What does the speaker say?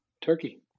turkey